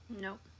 nope